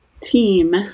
team